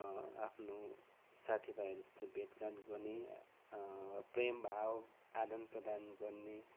आफ्नो साथी भाइहरूसित भेटघाट गर्ने प्रेम भाव आदन प्रदान गर्ने